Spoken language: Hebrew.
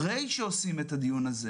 אחרי שעושים את הדיון הזה,